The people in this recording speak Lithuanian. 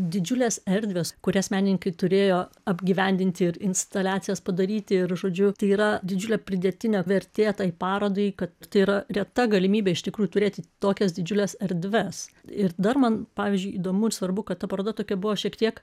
didžiulės erdvės kurias menininkai turėjo apgyvendinti ir instaliacijas padaryti ir žodžiu tai yra didžiulė pridėtinė vertė tai parodai kad tai yra reta galimybė iš tikrųjų turėti tokias didžiules erdves ir dar man pavyzdžiui įdomu ir svarbu kad ta paroda buvo šiek tiek